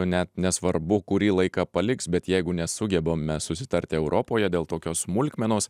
net nesvarbu kurį laiką paliks bet jeigu nesugebame susitarti europoje dėl tokios smulkmenos